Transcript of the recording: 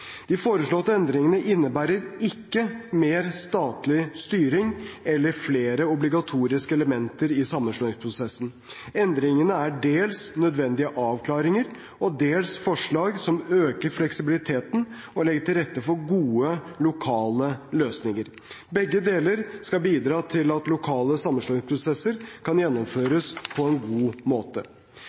De foreslåtte endringene innebærer ikke mer statlig styring eller flere obligatoriske elementer i sammenslåingsprosessen. Endringene er dels nødvendige avklaringer og dels forslag som øker fleksibiliteten og legger til rette for gode lokale løsninger. Begge deler skal bidra til at lokale sammenslåingsprosesser kan gjennomføres på en god måte.